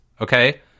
okay